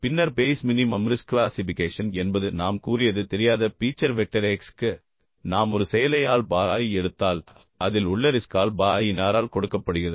பின்னர் Bayes minimum risk classification என்பது நாம் கூறியது தெரியாத பீச்சர் வெக்டர் x க்கு நாம் ஒரு செயலை ஆல்பா i எடுத்தால் அதில் உள்ள ரிஸ்க் ஆல்பா i இன் R ஆல் கொடுக்கப்படுகிறது